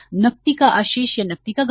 नकदी का अधिशेष या नकदी का घाटा